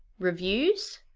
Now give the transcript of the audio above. reviews,